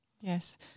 Yes